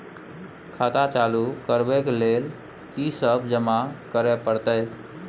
खाता चालू करबै लेल की सब जमा करै परतै?